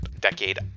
decade